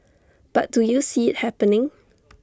but do you see IT happening